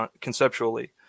conceptually